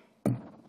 לפני שבועיים.